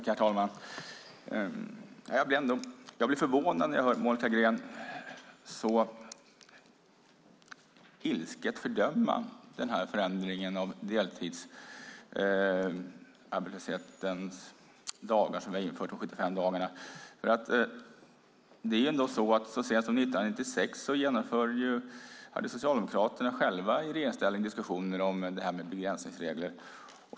Herr talman! Jag blir förvånad när jag hör Monica Green så ilsket fördöma den här förändringen i fråga om deltidsarbetslöshetsdagarna, som vi har infört, de 75 dagarna. Så sent som 1996 hade ju socialdemokraterna själva i regeringsställning diskussioner om det här med begränsningsregler.